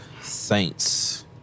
Saints